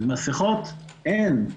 במסכות אין.